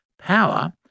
power